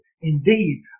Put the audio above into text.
indeed